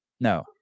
No